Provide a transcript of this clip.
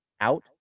out